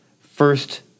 first